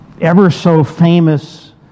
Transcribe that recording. ever-so-famous